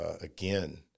again